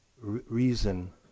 reason